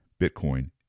Bitcoin